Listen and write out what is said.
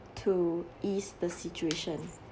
to ease the situation